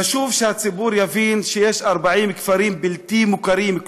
חשוב שהציבור יבין שיש 40 כפרים בלתי מוכרים,